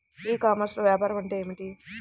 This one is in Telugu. ఈ కామర్స్లో వ్యాపారం అంటే ఏమిటి?